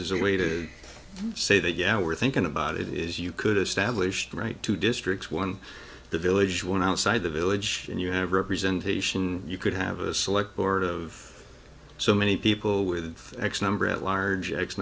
is a way to say that yeah we're thinking about it is you could establish the right two districts one the village one outside the village and you have representation you could have a select board of so many people with x number at large x